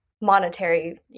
monetary